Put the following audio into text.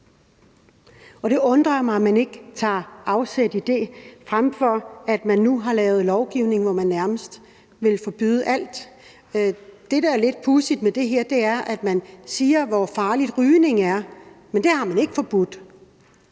Og det undrer mig, at man ikke tager afsæt i det, frem for at man nu har lavet lovgivning, hvor man nærmest vil forbyde alt. Det, der er lidt pudsigt med det her, er, at man taler om, hvor farligt rygning er, men det har man ikke forbudt.